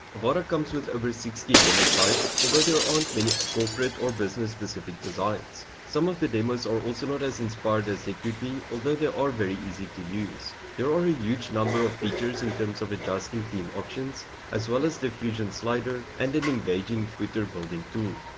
avada comes with over sixty demo sites, although there aren't many corporate or business-specific designs. some of the demos are also not as inspired as they could be, although they are are very easy to use. there are a huge number of features in terms of adjusting theme options as well as the fusion slider and an engaging footer building tool.